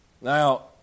Now